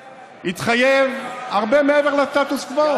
הוא התחייב הרבה מעבר לסטטוס קוו.